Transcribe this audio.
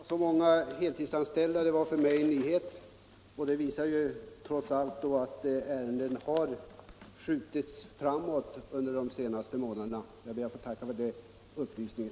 Herr talman! Det var för mig en nyhet att man har så många som tio heltidsanställda. Det visar trots allt att ärendet har förts framåt under de senaste månaderna. Jag ber att få tacka för den upplysningen.